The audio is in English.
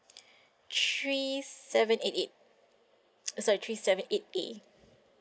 three seven eight eight uh sorry three seven eight A